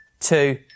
two